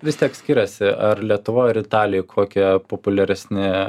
vis tiek skiriasi ar lietuvoj ar italijoj kokie populiaresni